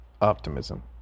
optimism